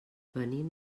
venim